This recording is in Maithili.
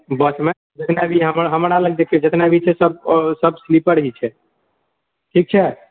बसमे कैलाकि हमरा लग जे छै जेतना भी छै सब ओ सब स्लीपर ही छै ठीक छै